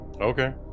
okay